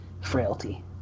frailty